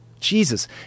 Jesus